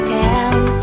town